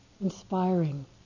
inspiring